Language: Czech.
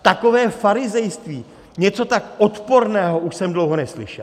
Takové farizejství, něco tak odporného už jsem dlouho neslyšel!